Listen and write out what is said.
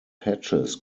patches